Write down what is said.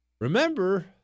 Remember